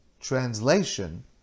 translation